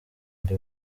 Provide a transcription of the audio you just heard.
undi